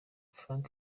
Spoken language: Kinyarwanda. frank